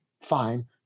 Fine